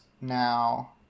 now